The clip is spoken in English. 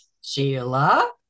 Sheila